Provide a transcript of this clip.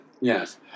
Yes